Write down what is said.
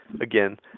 again